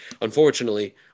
unfortunately